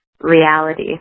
reality